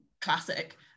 Classic